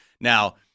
Now